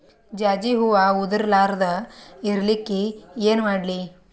ಜಾಜಿ ಹೂವ ಉದರ್ ಲಾರದ ಇರಲಿಕ್ಕಿ ಏನ ಮಾಡ್ಲಿ?